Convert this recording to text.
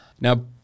Now